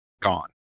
gone